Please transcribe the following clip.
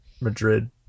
Madrid